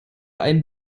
ein